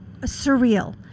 surreal